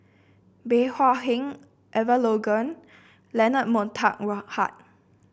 Bey Hua Heng Elangovan Leonard Montague Harrod